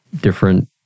different